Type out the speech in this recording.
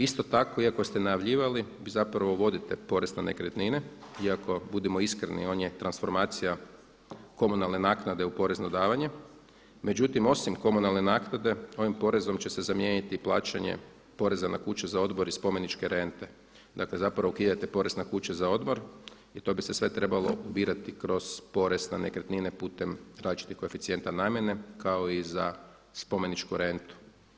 Isto tako iako ste najavljivali zapravo uvodite porez na nekretnine, iako budimo iskreni on je transformacija komunalne naknade u porezno davanje, međutim osim komunalne naknade ovim porezom će se zamijeniti plaćanje poreza na kuće za odmor i spomeničke rente, dakle zapravo ukidate porez na kuće za odmor i to bi se sve trebalo ubirati kroz porez na nekretnine putem različitih koeficijenta namjene kao i za spomeničku rentu.